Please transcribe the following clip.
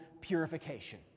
purification